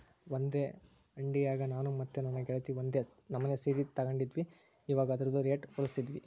ಒಂದೇ ಅಂಡಿಯಾಗ ನಾನು ಮತ್ತೆ ನನ್ನ ಗೆಳತಿ ಒಂದೇ ನಮನೆ ಸೀರೆ ತಗಂಡಿದ್ವಿ, ಇವಗ ಅದ್ರುದು ರೇಟು ಹೋಲಿಸ್ತಿದ್ವಿ